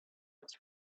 its